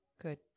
Good